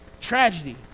Tragedy